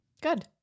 Good